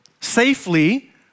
safely